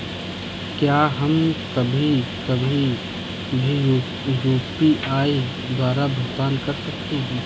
क्या हम कभी कभी भी यू.पी.आई द्वारा भुगतान कर सकते हैं?